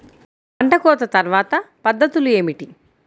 పంట కోత తర్వాత పద్ధతులు ఏమిటి?